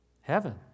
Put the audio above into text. Heaven